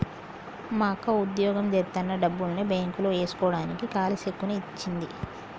మా అక్క వుద్యోగం జేత్తన్న డబ్బుల్ని బ్యేంకులో యేస్కోడానికి ఖాళీ చెక్కుని ఇచ్చింది